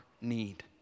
need